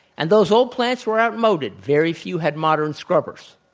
and those old plants were outmoded. very few had modern scrubbers.